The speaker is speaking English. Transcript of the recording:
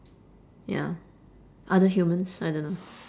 ya other humans I don't know